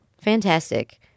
fantastic